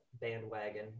bandwagon